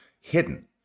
hidden